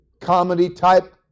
comedy-type